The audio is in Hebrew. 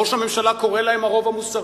ראש הממשלה קורא להן הרוב המוסרי.